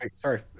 sorry